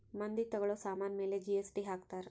ಮಂದಿ ತಗೋಳೋ ಸಾಮನ್ ಮೇಲೆ ಜಿ.ಎಸ್.ಟಿ ಹಾಕ್ತಾರ್